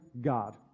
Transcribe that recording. God